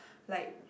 like